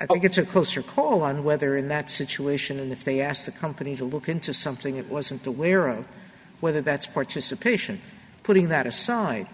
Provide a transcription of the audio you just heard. a closer call on whether in that situation and if they ask the company to look into something it wasn't aware of whether that's participation putting that aside